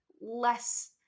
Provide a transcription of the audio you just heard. less